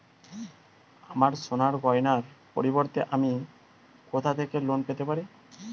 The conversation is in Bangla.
আমার সোনার গয়নার পরিবর্তে আমি কোথা থেকে লোন পেতে পারি?